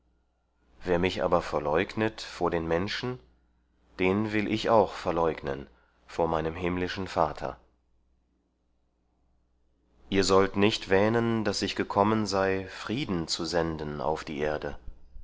wer mich aber verleugnet vor den menschen den will ich auch verleugnen vor meinem himmlischen vater ihr sollt nicht wähnen daß ich gekommen sei frieden zu senden auf die erde